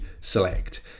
Select